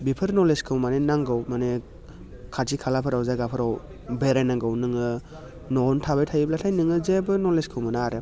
बिफोर नलेजखौ माने नांगौ माने खाथि खालाफोराव जायगाफोराव बेरायनांगौ नोङो न'आवनो थाबाय थायोब्लाथाय नोङो जेबो नलेजखो मोना आरो